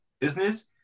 business